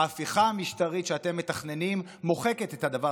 ההפיכה המשטרית שאתם מתכננים מוחקת את הדבר